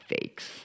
fakes